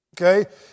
Okay